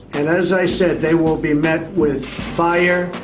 and, as i said, they will be met with fire,